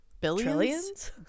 billions